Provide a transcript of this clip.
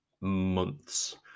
months